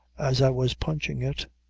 as i was punchin' it.